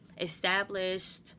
Established